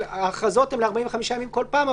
אבל אני אומר שההכרזות הן ל-45 ימים בכל פעם,